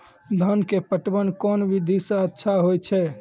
धान के पटवन कोन विधि सै अच्छा होय छै?